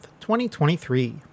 2023